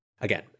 again